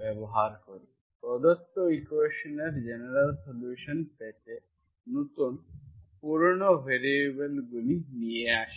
ব্যবহার করি প্রদত্ত ইকুয়েশনের জেনারেল সল্যুশন পেতে নতুন পুরানো ভ্যারিয়েবলগুলি নিয়ে আসি